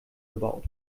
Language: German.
gebaut